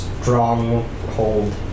stronghold